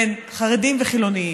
בין חרדים וחילונים,